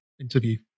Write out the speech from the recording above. interview